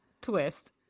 twist